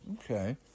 Okay